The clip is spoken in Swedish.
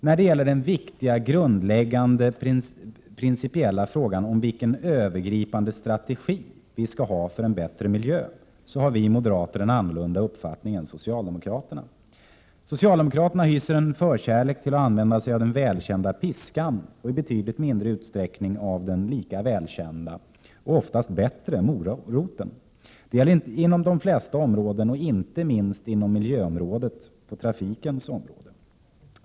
När det gäller den viktiga grundläggande principiella frågan om vilken den övergripande strategin för en bättre miljö skall vara har vi en annorlunda uppfattning än socialdemokraterna. Socialdemokraterna hyser en förkärlek till att använda sig av den välkända piskan, och i betydligt mindre utsträckning av den lika välkända, och oftast bättre, moroten. Det gäller inom de flesta områden, och inte minst inom trafikmiljöområdet.